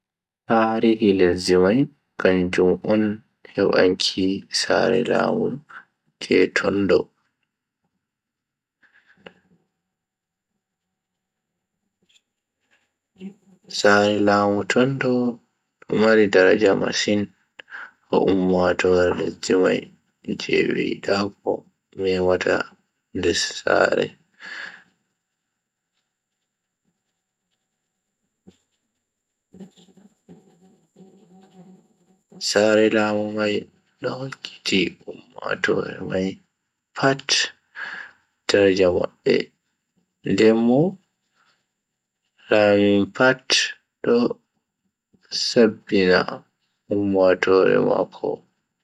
Tarihi lesdi mai kanjum on hebanki sare lamu je tondo. sare laamu tondo do mari daraja masin ha ummatoore lesdi mai je be yida ko memata nde Sam. sare laamu mai do hokkiti ummatoore mai pat daraja mabbe den bo Mo laami pat do samdina ummatoore mako be aadilaku be ferto.